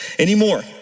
Anymore